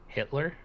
Hitler